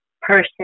person